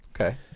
okay